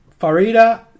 Farida